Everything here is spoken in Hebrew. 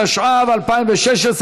התשע"ו 2016,